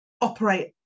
operate